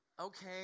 okay